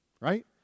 right